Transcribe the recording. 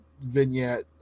vignette